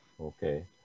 Okay